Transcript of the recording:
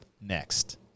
next